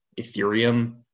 Ethereum